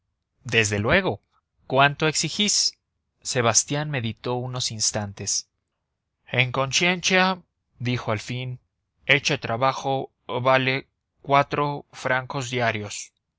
desde luego cuánto exigís sebastián meditó unos instantes en conciencia dijo al fin ese trabajo bien vale cuatro francos diarios